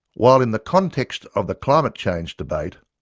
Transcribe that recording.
while in the context of the climate change debate,